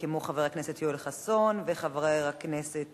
כמו חבר הכנסת יואל חסון וחברת הכנסת